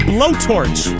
Blowtorch